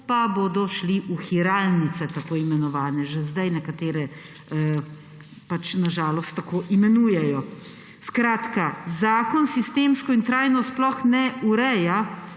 pa bodo šli v tako imenovane hiralnice, že zdaj nekatere pač na žalost tako imenujejo. Skratka, zakon sistemsko in trajno sploh ne ureja